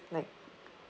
like